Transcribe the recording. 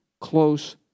close